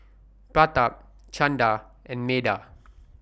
Pratap Chanda and Medha